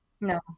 No